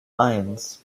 eins